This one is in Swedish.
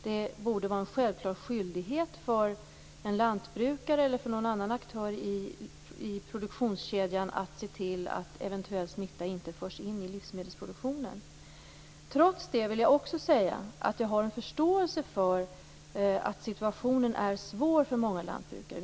Det borde vara en självklar skyldighet för en lantbrukare eller annan aktör i produktionskedjan att se till att eventuell smitta inte förs in i livsmedelsproduktionen. Trots detta har jag förståelse för att situationen är svår för många lantbrukare.